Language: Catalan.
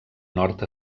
nord